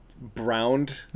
browned